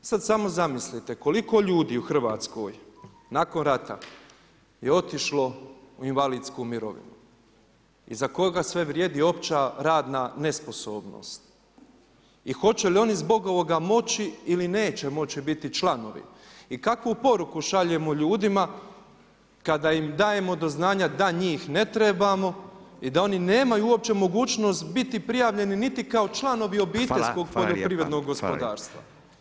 Sad samo zamislite koliko ljudi u RH nakon rata je otišlo u invalidsku mirovinu i za koga sve vrijedi opća radna nesposobnost i hoće li oni zbog ovoga moći ili neće moći biti članovi i kakvu poruku šaljemo ljudima kada im dajemo do znanja da njih ne trebamo i da oni nemaju uopće mogućnost biti prijavljeni niti kao članovi obiteljskog poljoprivrednog gospodarstva.